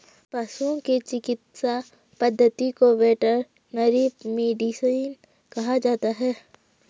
पशुओं की चिकित्सा पद्धति को वेटरनरी मेडिसिन कहा जाता है